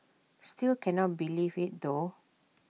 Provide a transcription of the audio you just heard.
still can not believe IT though